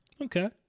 Okay